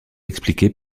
expliqué